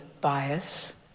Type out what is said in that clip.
bias